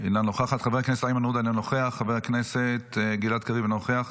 אינה נוכחת, חבר הכנסת איימן עודה, אינו נוכח,